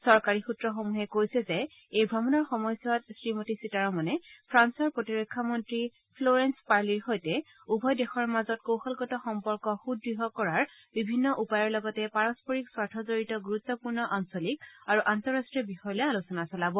চৰকাৰী সূত্ৰসমূহে কৈছে যে এই ভ্ৰমণৰ সময়ছোৱাত শ্ৰীমতী সীতাৰমণে ফ্ৰান্সৰ প্ৰতিৰক্ষা মন্ত্ৰী ফ্ল'ৰেন্স পাৰ্লিৰ সৈতে উভয় দেশৰ মাজত কৌশলগত সম্পৰ্ক সুদ্য় কৰাৰ বিভিন্ন উপায়ৰ লগতে পাৰস্পৰিক স্বাৰ্থজড়িত গুৰুত্বপূৰ্ণ আঞ্চলিক আৰু আন্তঃৰাষ্ট্ৰীয় বিষয় লৈ আলোচনা চলাব